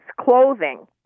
clothing